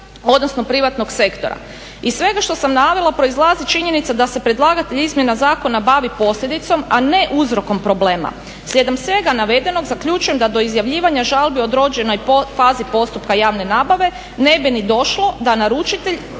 odnosno privatnog sektora. Iz svega što sam navela proizlazi činjenica da se predlagatelj izmjena zakona bavi posljedicom, a ne uzrokom problema. Slijedom svega navedenog zaključuje da do izjavljivanja žalbi u određenoj fazi postupka javne nabave ne bi ni došlo da naručitelji